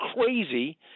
crazy